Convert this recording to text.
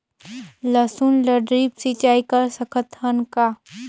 लसुन ल ड्रिप सिंचाई कर सकत हन का?